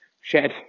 shed